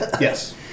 yes